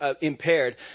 impaired